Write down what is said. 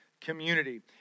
community